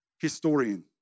historian